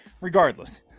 regardless